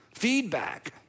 feedback